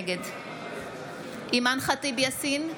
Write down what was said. נגד אימאן ח'טיב יאסין,